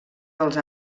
dels